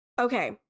okay